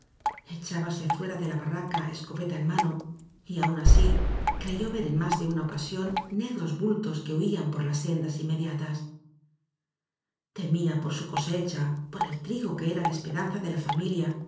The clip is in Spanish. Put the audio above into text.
echábase fuera de la barraca en escopeta mano y aun así creyó ver en más de una ocasión negros bultos que huían por las sendas inmediatas temía por su cosecha por el la trigo que era esperanza de la familia